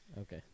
Okay